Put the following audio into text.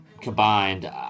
combined